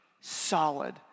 solid